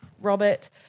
Robert